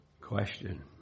question